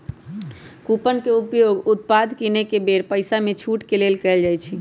coupon के उपयोग उत्पाद किनेके बेर पइसामे छूट के लेल कएल जाइ छइ